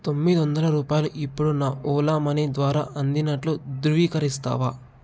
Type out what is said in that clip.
తొమ్మిదొందల రూపాయలు ఇప్పుడు నా ఓలా మనీ ద్వారా అందినట్లు ధృవీకరిస్తావా